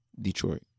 Detroit